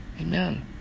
Amen